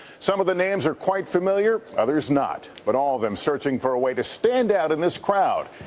some of the names are quite familiar, others not, but all them searching for a way to stand out in this crowd.